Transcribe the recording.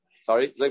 Sorry